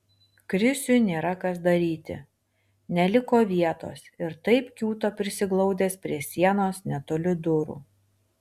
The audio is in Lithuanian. krisiui nėra kas daryti neliko vietos ir taip kiūto prisiglaudęs prie sienos netoli durų